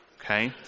Okay